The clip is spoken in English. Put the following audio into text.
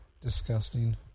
disgusting